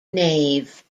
nave